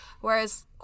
Whereas